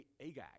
Agag